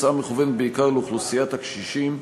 ההצעה מכוונת בעיקר לאוכלוסיית הקשישים,